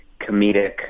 comedic